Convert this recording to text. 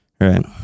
right